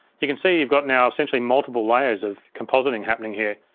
you can see you've got now essentially multiple layers of compositing happening here.